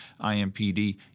IMPD